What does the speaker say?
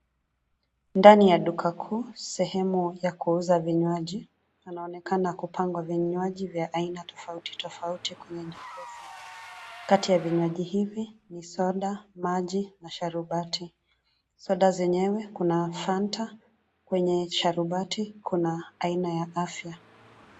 Ndani ya duka kuu sehemu ya kuuza vinywaji, panaonekana kupangwa vinywaji vya aina tofauti tofauti kwenye jokofu, kati ya vinywaji hivi ni soda, maji na sharubati. Soda zenyewe kuna fanta kwenye sharubati kuna aina ya afya.